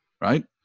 right